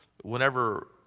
whenever